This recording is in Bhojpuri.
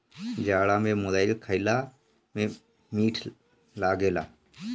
जाड़ा में मुरई खईला में मीठ लागेला